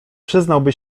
przyznałaby